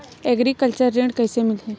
Agriculture ऋण कइसे मिलही?